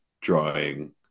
drawing